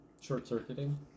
Short-circuiting